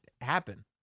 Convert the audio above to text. happen